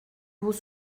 vos